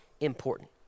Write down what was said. important